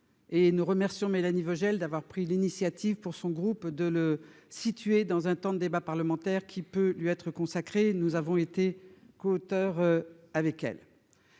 et nous remercions Mélanie Vogel d'avoir pris l'initiative pour son groupe de le situer dans un temps de débat parlementaire qui peut lui être consacré, nous avons été coauteur avec elle.